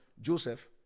Joseph